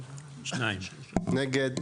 נגד?